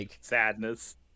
Sadness